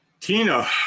Tina